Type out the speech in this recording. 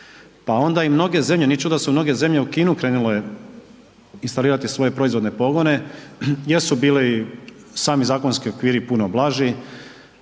Pa onda i mnoge zemlje, nije čudo da su mnoge zemlje u Kinu krenule …/nerazumljivo/… svoje proizvodne pogone jer su bili sami zakonski okviri puno blaži,